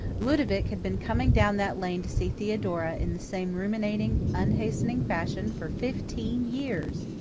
ludovic had been coming down that lane to see theodora, in the same ruminating, unhastening fashion, for fifteen years!